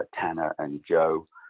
ah tanner, and joe.